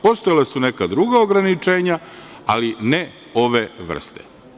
Postojala su neka druga ograničenja, ali ne ove vrste.